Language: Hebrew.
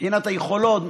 מבחינת היכולות,